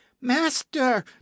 Master